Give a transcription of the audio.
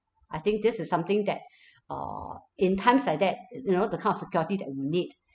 I think this is something that err in times like that you know the kind of security that we need